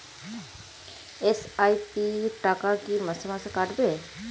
SIP র টাকা কী মাসে মাসে কাটবে?